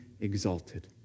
exalted